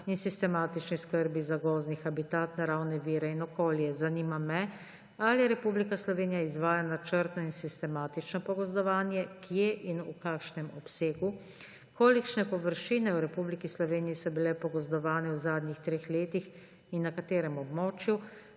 in sistematični skrbi za gozdni habitat, naravne vire in okolje. Zanima me: Ali Republika Slovenija izvaja načrtno in sistematično pogozdovanje? Kje in v kakšnem obsegu? Kolikšne površine v Republiki Sloveniji so bile pogozdovane v zadnjih treh letih in na katerem območju?